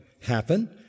happen